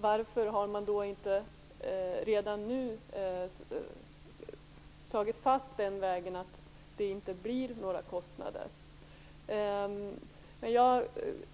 Varför har man då inte redan nu slagit fast att den vägen inte medför några kostnader? Jag